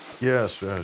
Yes